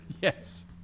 yes